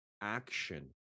action